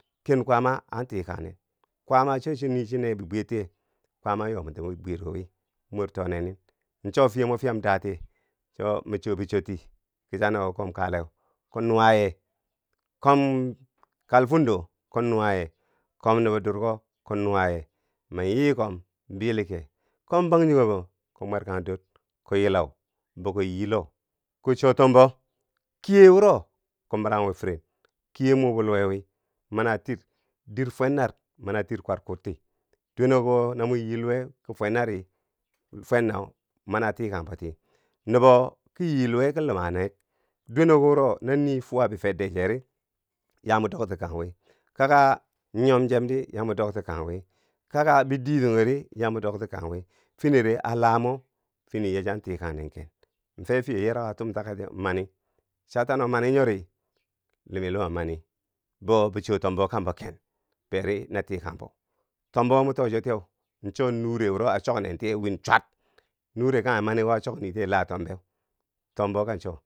ken kwaama an tikang nen kwaamo cho cho nii cho nee bibweyer tiye kwaama an yoo mwenti bibwiyero wii mor tone nin cho fye mo fyam da tiye, cho ma choo bi choorti kichane wo kom kaleweu, kom nuwa ye kom kalfundo kom nuwaye, kom nubo durko kom nuwa yee, man yii kom bilenkee, kom bangjinghebbo kom mwerkan dor kom. yilau bou ko yii loh kom choo tombo ƙiye wuro kom mirang wi firen, kiye muu bo luwe wi mani a tiir diir fwennar mania tiir kwar kudti, dwenekowo no mo yii luwe ki fwenna ri, fwennau mana a tikangbo ti. Nubo kiyiluweu ki luma nek. dweneko wuro no ni fwa bi fedde cheri yaa mo dogti kangwi, kaka nyom chem di yaa mo dogti kang wi, kaka bidotonghe ri yaa mo dogti kang wi, fini di a lamo fini yaa chiyan tikan nen ken, fee fye yerako a tom take tiyeu, mani cha tano mani nyori limi luma mani bou bi choo tombo kambo ken, beri na tokangbo, tombo mo too cho tiyeu cho nure wuro. a choknen tiyeu win chwat, nure kanghe mani wo choknii tiye laa tombeu, tombo ka cho.